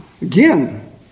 Again